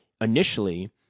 initially